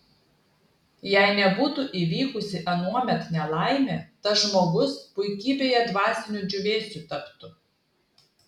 jei nebūtų įvykusi anuomet nelaimė tas žmogus puikybėje dvasiniu džiūvėsiu taptų